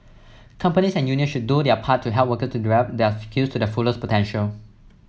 companies and unions should do their part to help worker to develop their skills to their fullest potential